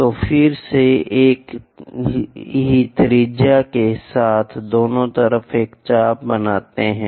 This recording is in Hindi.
तो फिर से एक ही त्रिज्या के साथ दोनों तरफ एक चाप बनाते हैं